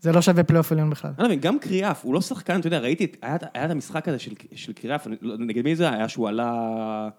זה לא שווה פלייאוף בכלל. אני לא מבין, גם קריאף, הוא לא שחקן, אתה יודע, ראיתי, היה את המשחק הזה של קריאף, נגד מי זה היה שהוא עלה...